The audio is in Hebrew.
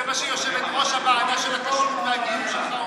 זה מה שיושבת-ראש הוועדה של הכשרות אומרת.